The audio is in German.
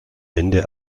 ende